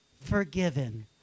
forgiven